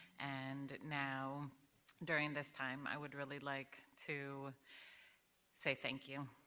and now during this time, i would really like to say thank you.